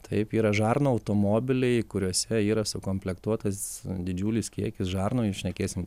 taip yra žarnų automobiliai kuriuose yra sukomplektuotas didžiulis kiekis žarnų jei šnekėsime taip